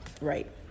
Right